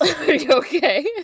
Okay